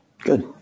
Good